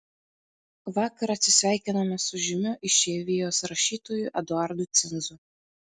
vakar atsisveikinome su žymiu išeivijos rašytoju eduardu cinzu